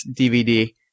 DVD